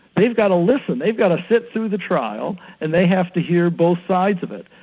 they've got to listen, they've got to sit through the trial and they have to hear both sides of it.